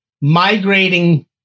migrating